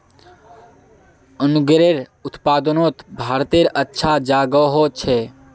अन्गूरेर उत्पादनोत भारतेर अच्छा जोगोह छे